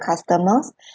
customers